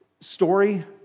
story